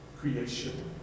creation